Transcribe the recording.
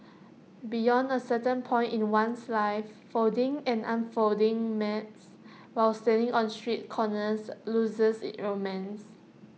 beyond A certain point in one's life folding and unfolding maps while standing on street corners loses its romance